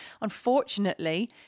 Unfortunately